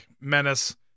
Menace